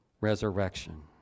resurrection